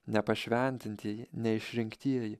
nepašventinti neišrinktieji